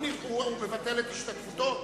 הוא מבטל את השתתפותו?